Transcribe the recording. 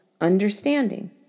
understanding